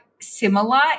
similar